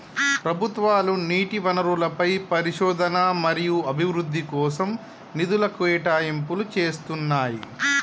ప్రభుత్వాలు నీటి వనరులపై పరిశోధన మరియు అభివృద్ధి కోసం నిధుల కేటాయింపులు చేస్తున్నయ్యి